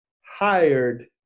hired